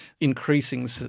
increasing